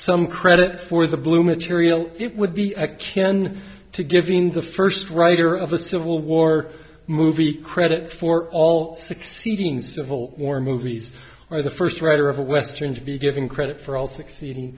some credit for the blue material it would be a can to give in the first writer of a civil war movie credit for all succeeding civil war movies are the first writer of a western to be given credit for all succeeding